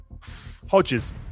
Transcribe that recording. Hodges